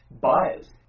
buyers